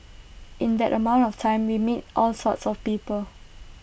in that amount of time we meet all sorts of people